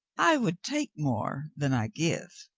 i would take more than i give,